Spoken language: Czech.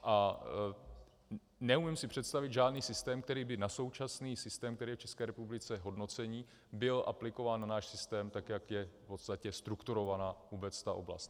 A neumím si představit žádný systém, který by na současný systém, který je v České republice v hodnocení, byl aplikován na náš systém tak, jak je v podstatě strukturovaná ta oblast.